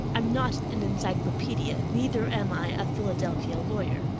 i'm not an encyclopedia, neither am i a philadelphia lawyer.